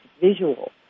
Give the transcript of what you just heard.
visual